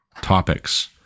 topics